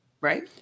right